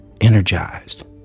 energized